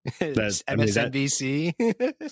msnbc